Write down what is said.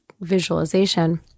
visualization